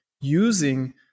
using